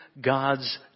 God's